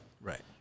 Right